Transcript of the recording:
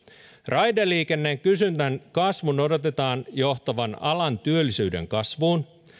raideliikenteen kysynnän kasvun odotetaan johtavan alan työllisyyden kasvuun